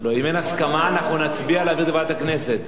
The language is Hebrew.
לא, אם אין הסכמה אנחנו נצביע עליו בוועדת הכנסת.